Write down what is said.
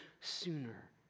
sooner